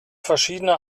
verschiedene